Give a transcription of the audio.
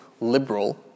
liberal